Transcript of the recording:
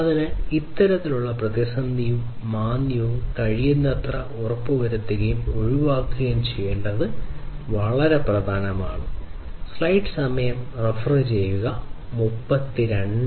അതിനാൽ ഇത്തരത്തിലുള്ള പ്രതിസന്ധിയും മാന്ദ്യവും കഴിയുന്നത്ര ഉറപ്പുവരുത്തുകയും ഒഴിവാക്കുകയും ചെയ്യേണ്ടത് വളരെ പ്രധാനമാണ്